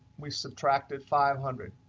we subtracted five hundred.